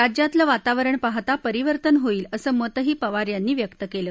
राज्यातलं वातावरण पाहता परिवर्तन होईल असं मतही पवार यांनी व्यक्त केलं